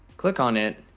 click on it,